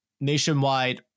nationwide